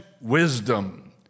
wisdom